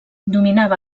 dominava